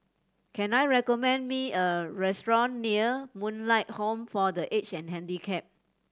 can I recommend me a restaurant near Moonlight Home for The Aged and Handicapped